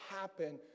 happen